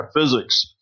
physics